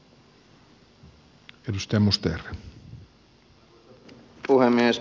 arvoisa puhemies